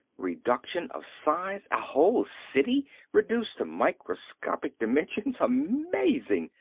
reduction of size a whole city reduced to microscopic dimensions. amazing.